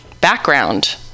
background